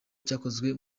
cyakozwe